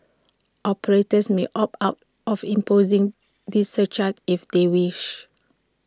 operators may opt out of imposing this surcharge if they wish